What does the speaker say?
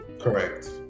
Correct